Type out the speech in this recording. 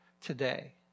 today